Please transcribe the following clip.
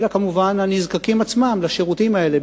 אלא כמובן גם לנזקקים עצמם לשירותים האלה.